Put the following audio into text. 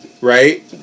right